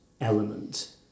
element